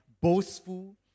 boastful